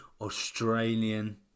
australian